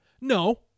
No